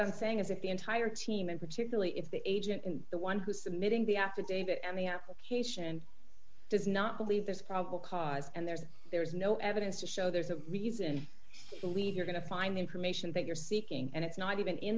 i'm saying as if the entire team and particularly if the agent and the one who submitting the affidavit i mean application does not believe there's probable cause and there's there is no evidence to show there's a reason to believe you're going to find the information that you're seeking and it's not even in